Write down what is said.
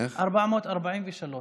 440 ו-?